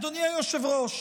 אדוני היושב-ראש,